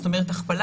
זאת אומרת הכפלה,